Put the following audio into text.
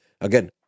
again